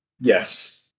Yes